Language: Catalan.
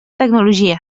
tecnologia